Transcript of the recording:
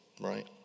Right